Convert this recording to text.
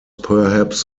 perhaps